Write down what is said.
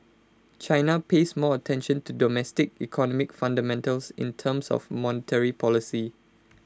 China pays more attention to domestic economic fundamentals in terms of monetary policy